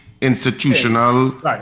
institutional